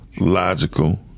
logical